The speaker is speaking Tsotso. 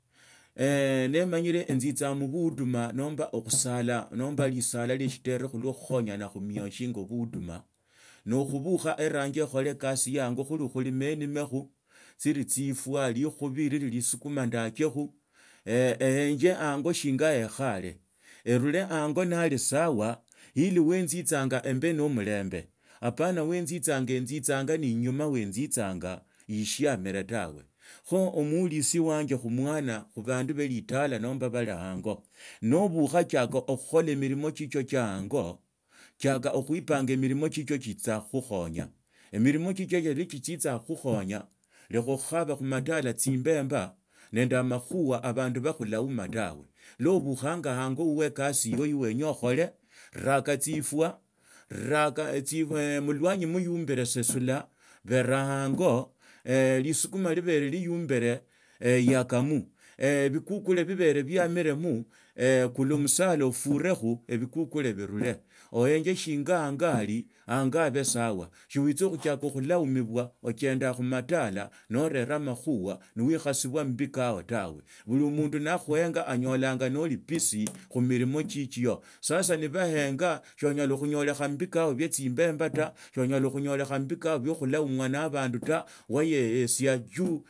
Na niimanyile enzitsaa mubuuduma nomba okhusala nomba lisala lie shitere khulwa okhukhonyana khumanya shinga buduma nokhubukha orange ekhale ekasi ya ango khuli khulima enimekho tsili tsifwa likhubi lili lisukuma ndakekho eenje ango shinga aekhare eruree amgo naali sawa ili wenzitsanga emba na inyuma we nzitsanga ishiamire tawe, kho omuhulishi wanje khumwana abandu belitala nomba bali hango nobukha tsiaka khukhala emilimo chichio tsia ango tsiaka okhukhala milimo chichio tsitsakhokhonya emilimo khukhaba khumatala tsimbembaa nende amakhusha abandu bakhulauma tawe lwaobukhanga anyo mulwanyi muyumbile sesola veraa ango lisukuma libere liyumbila yakamo ebikukula bibare biyamilemo kula omusala ofurekho ebikukule biwre, oenge shinga ango ali, ango abe sawa shiwtsa okhutsiaka khula umbwa ochendaa khumatala nerela amakhuha noekhasibwa mubikao tawe buli omundu nakhunya anyolanga noli busy khumilimo chitsu sasa nibahenga soonyala khunyolekha mubikaa bio khulaumibwa na abandu ta wayeesia juu.